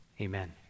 Amen